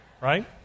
Right